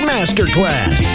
Masterclass